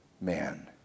man